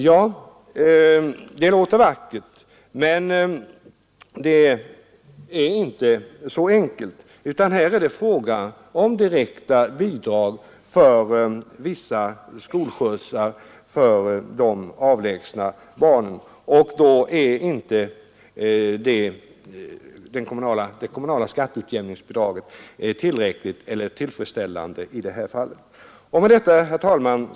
Ja, det låter vackert men det är inte så enkelt. Vad som här krävs är direkta bidrag för vissa skolskjutsar för de avlägset boende barnen, och för sådana ändamål är det kommunala skatteutjämningsbidraget inte tillräckligt. Herr talman!